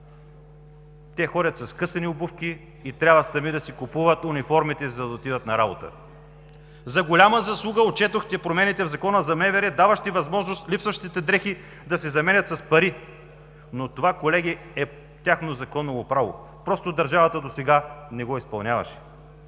Те ходят със скъсани обувки и трябва сами да си купуват униформите, за да отидат на работа. За голяма заслуга отчетохте промените в Закона за МВР, даващи възможност липсващите дрехи да се заменят с пари, но това, колеги, е тяхно законово право. Просто държавата досега не го изпълняваше.